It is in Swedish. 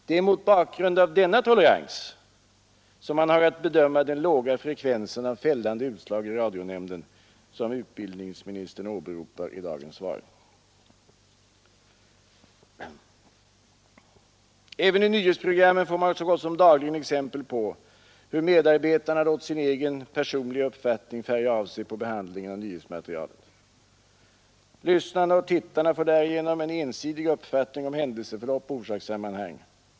Det är mot bakgrund av denna tolerans som man har att bedöma den låga frekvensen av fällande utslag i radionämnden, som utbildningsministern åberopar i dagens svar. Även i nyhetsprogrammen får man så gott som dagligen exempel på hur medarbetarna låter sin egen personliga uppfattning färga av sig på behandlingen av nyhetsmaterialet. Lyssnarna och tittarna får därigenom en ensidig uppfattning om händelseförlopp och orsakssammanhang.